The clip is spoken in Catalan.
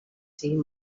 siguin